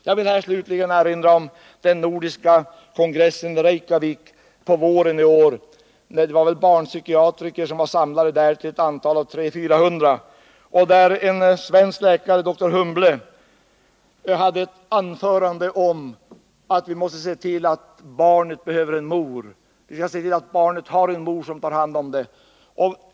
Jag vill slutligen erinra om den nordiska kongress i Reykjavik i våras, där barnpsykiatriker till ett antal av 300-400 var samlade. En svensk läkare, doktor Humble, höll ett anförande om att vi måste se till att barnet har en mor som tar hand om det.